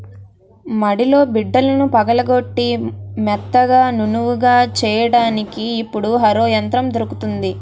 మడిలో బిడ్డలను పగలగొట్టి మెత్తగా నునుపుగా చెయ్యడానికి ఇప్పుడు హరో యంత్రం దొరుకుతుంది